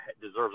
deserves